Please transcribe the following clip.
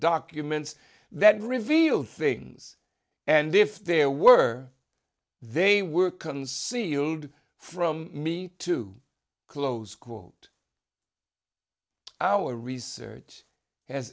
documents that reveal things and if there were they were concealed from me too close quote our research has